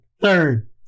third